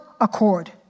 accord